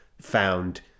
found